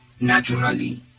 Naturally